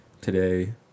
today